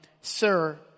Sir